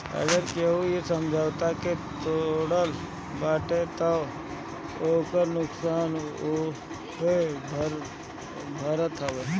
अगर केहू इ समझौता के तोड़त बाटे तअ ओकर नुकसान उहे भरत हवे